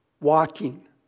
walking